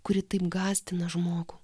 kuri taip gąsdina žmogų